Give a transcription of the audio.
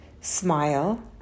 smile